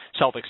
Celtics